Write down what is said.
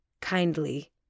kindly